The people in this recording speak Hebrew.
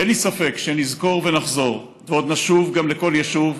אין לי ספק שנזכור ונחזור ועוד נשוב גם לכל יישוב.